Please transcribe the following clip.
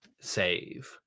save